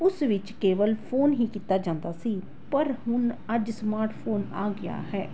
ਉਸ ਵਿੱਚ ਕੇਵਲ ਫੋਨ ਹੀ ਕੀਤਾ ਜਾਂਦਾ ਸੀ ਪਰ ਹੁਣ ਅੱਜ ਸਮਾਰਟਫੋਨ ਆ ਗਿਆ ਹੈ